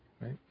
Right